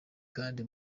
kandi